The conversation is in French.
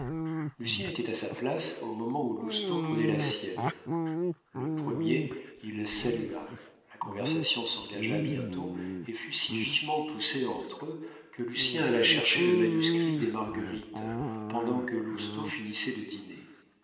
dit-il lucien était à sa place au moment où lousteau prenait la sienne le premier il salua la conversation s'engagea bientôt et fut si vivement poussée entre eux que lucien alla chercher le manuscrit des marguerites pendant que lousteau finissait de dîner